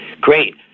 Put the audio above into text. Great